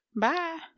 Bye